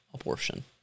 abortion